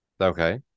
Okay